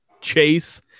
chase